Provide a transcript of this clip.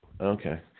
Okay